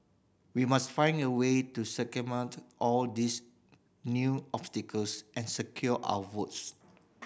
we must find a way to circumvent all these new obstacles and secure our votes